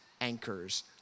anchors